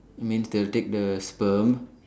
means they will take the sperm